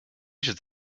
should